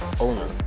owner